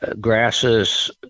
Grasses